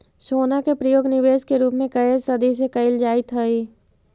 सोना के प्रयोग निवेश के रूप में कए सदी से कईल जाइत हई